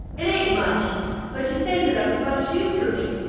it ain't much but she saves it up to buy shoes for me.